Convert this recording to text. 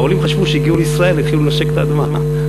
העולים חשבו שהגיעו לישראל, התחילו לנשק את האדמה.